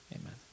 Amen